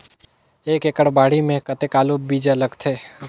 एक एकड़ बाड़ी मे कतेक आलू बीजा लगथे?